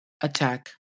attack